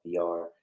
VR